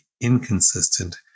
Inconsistent